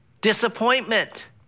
Disappointment